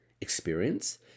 experience